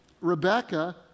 Rebecca